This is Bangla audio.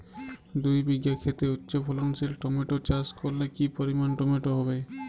দুই বিঘা খেতে উচ্চফলনশীল টমেটো চাষ করলে কি পরিমাণ টমেটো হবে?